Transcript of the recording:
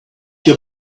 your